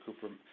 Cooper